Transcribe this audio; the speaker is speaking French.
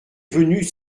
venues